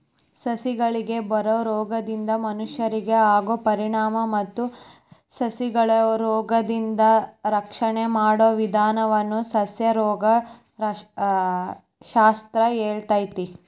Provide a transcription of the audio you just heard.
ಸಸಿಗಳಿಗೆ ಬರೋ ರೋಗದಿಂದ ಮನಷ್ಯರಿಗೆ ಆಗೋ ಪರಿಣಾಮ ಮತ್ತ ಸಸಿಗಳನ್ನರೋಗದಿಂದ ರಕ್ಷಣೆ ಮಾಡೋ ವಿದಾನವನ್ನ ಸಸ್ಯರೋಗ ಶಾಸ್ತ್ರ ಹೇಳ್ತೇತಿ